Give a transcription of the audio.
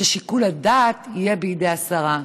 ששיקול הדעת יהיה בידי השרה.